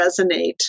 resonate